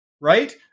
right